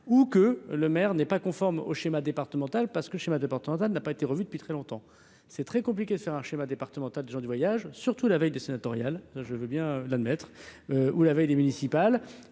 ou que le maire n'est pas conforme au schéma départemental parce que le schéma départemental n'a pas été revu depuis très longtemps, c'est très compliqué de faire un schéma départemental de gens du voyage surtout la veille des sénatoriales, je veux bien l'admettre ou la veille des municipales